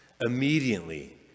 Immediately